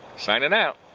signing out!